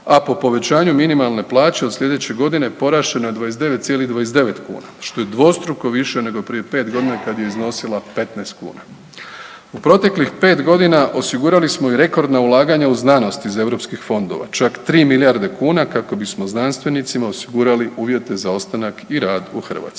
a po povećanju minimalne plaće od sljedeće godine porast će na 29,9 kuna, što je dvostruko više nego prije 5 godina kad je iznosila 15 kuna. U proteklih 5.g. osigurali smo i rekordna ulaganja u znanost iz europskih fondova, čak 3 milijarde kuna kako bismo znanstvenicima osigurali uvjete za ostanak i rad u Hrvatskoj.